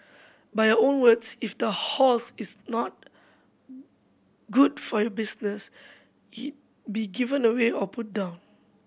by your own words if the horse is not good for your business it be given away or put down